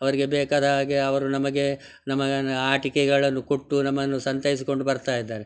ಅವರಿಗೆ ಬೇಕಾದ ಹಾಗೆ ಅವರು ನಮಗೆ ನಮಗೆ ಆಟಿಕೆಗಳನ್ನು ಕೊಟ್ಟು ನಮ್ಮನ್ನು ಸಂತೈಸಿಕೊಂಡು ಬರ್ತಾಯಿದ್ದಾರೆ